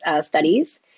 studies